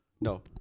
no